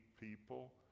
people